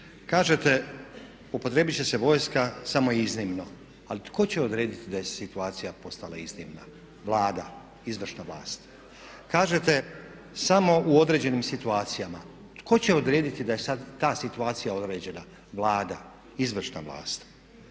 kažete upotrijebiti će se vojska samo iznimno. Ali tko će odrediti da je situacija postala iznimna? Vlada, izvršna vlast. Kažete samo u određenim situacijama. Tko će odrediti da je sada ta situacija određena? Vlada, izvršna vlast.